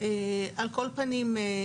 על כל פנים,